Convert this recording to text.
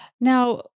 Now